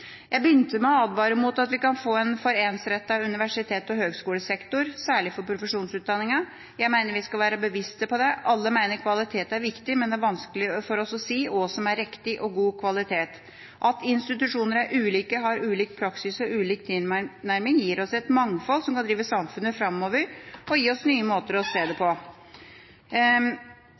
Jeg begynte med å advare mot at vi kan få en for ensrettet universitets- og høgskolesektor, særlig for profesjonsutdanningene. Jeg mener vi skal være bevisste på det. Alle mener kvalitet er viktig, men det er vanskelig for oss å si hva som er riktig og god kvalitet. At institusjoner er ulike, har ulik praksis og ulik tilnærming, gir oss et mangfold som kan drive samfunnet framover og gi oss nye måter å se det på.